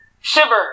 shiver